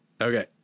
Okay